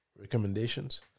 recommendations